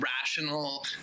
rational